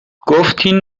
گفتین